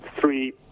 three